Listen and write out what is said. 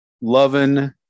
loving